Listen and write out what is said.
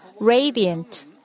radiant